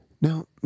Now